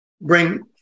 bring